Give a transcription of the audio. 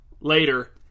Later